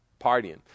partying